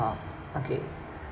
um okay